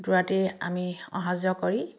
দুৰাতি আমি অহা যোৱা কৰি